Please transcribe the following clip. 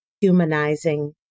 humanizing